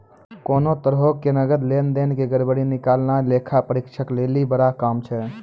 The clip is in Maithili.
कोनो तरहो के नकद लेन देन के गड़बड़ी निकालनाय लेखा परीक्षक लेली बड़ा काम छै